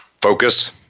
focus